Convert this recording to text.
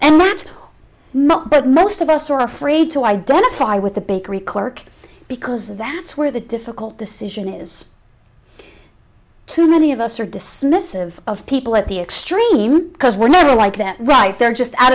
and that's not but most of us are afraid to identify with the bakery clerk because that's where the difficult decision is too many of us are dismissive of people at the extreme because we're never like them right they're just out